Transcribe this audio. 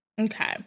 Okay